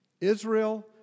Israel